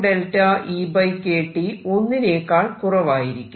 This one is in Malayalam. e EkT ഒന്നിനേക്കാൾ കുറവായിരിക്കും